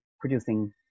producing